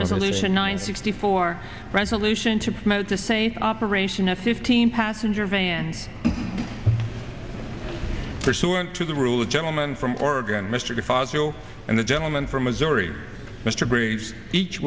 resolution nine sixty four resolution to promote the safe operation a fifteen passenger van pursuant to the rule of gentleman from oregon mr de fazio and the gentleman from missouri mr breeze each